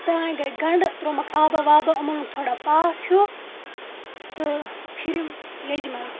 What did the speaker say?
تام گٔے گَنٛڈٕ ترٛوومَکھ آبہ وابہ اُمَن لوٚگ تھوڑا پاک ہیوٗ تہٕ پھِرِم لیٚجہِ منٛز